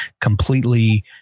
completely